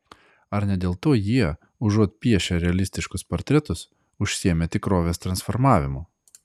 ar ne dėl to jie užuot piešę realistiškus portretus užsiėmė tikrovės transformavimu